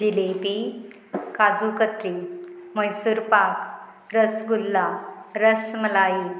jalebi kaju katli Mysore pak rasgulla rasmalai